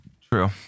True